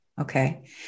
Okay